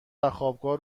وخوابگاه